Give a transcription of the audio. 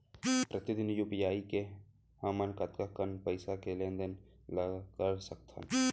प्रतिदन यू.पी.आई ले हमन कतका कन पइसा के लेन देन ल कर सकथन?